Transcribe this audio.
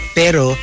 pero